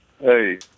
hey